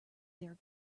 their